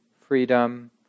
freedom